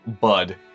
bud